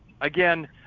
Again